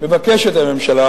מבקשת הממשלה,